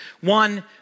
One